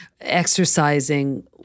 exercising